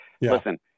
listen